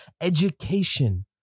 education